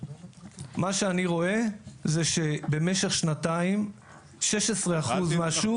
מה שאני רואה זה שבמשך שנתיים 16% מהשוק